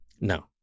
No